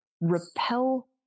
repel